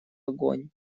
огонь